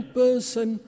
person